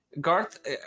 Garth